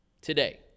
Today